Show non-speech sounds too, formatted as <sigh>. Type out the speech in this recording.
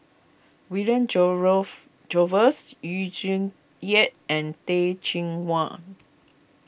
William <unintelligible> Jervois Yu Zhuye and Teh Cheang Wan